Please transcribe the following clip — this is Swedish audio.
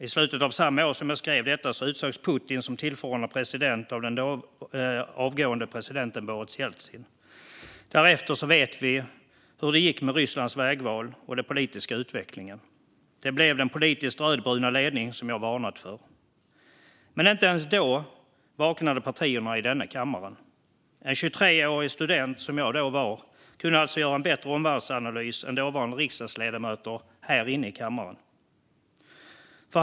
I slutet av samma år som jag skrev detta utsågs Putin till tillförordnad president av den då avgående presidenten Boris Jeltsin. Vi vet hur det gick med Rysslands vägval och politiska utveckling därefter; det blev den politiskt rödbruna ledning som jag hade varnat för. Men inte ens då vaknade partierna i denna kammare. En 23-årig student, som jag då var, kunde alltså göra en bättre omvärldsanalys än dåvarande riksdagsledamöter här inne i kammaren.